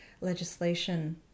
legislation